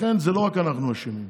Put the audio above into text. לכן, זה לא רק אנחנו אשמים.